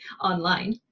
online